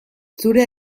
zure